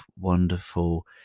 wonderful